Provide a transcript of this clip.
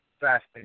fasting